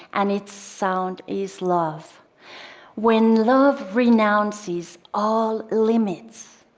and its sound is love when love renounces all limits,